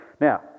Now